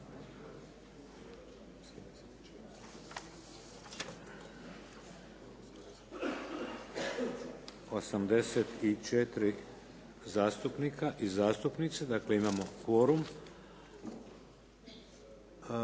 84 zastupnika i zastupnice, dakle imamo kvorum.